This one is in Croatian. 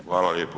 Hvala lijepo.